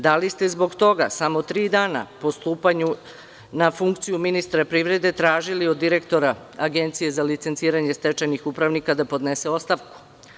Da li ste zbog toga, samo tri dana po stupanju na funkciju ministra privrede, tražili od direktora Agencije za licenciranje stečajnih upravnika da podnese ostavku?